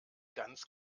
ganz